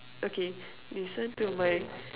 okay listen to my